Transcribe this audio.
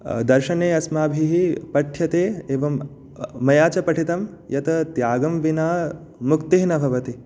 दर्शने अस्माभिः पठ्यते एवं मया च पठितं यत त्यागं विना मुक्तिः न भवति